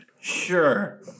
Sure